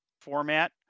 format